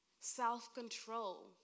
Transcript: self-control